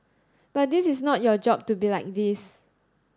but this is not your job to be like this